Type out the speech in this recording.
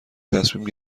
تصمیم